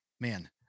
man